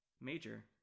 Major